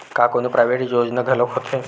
का कोनो प्राइवेट योजना घलोक होथे?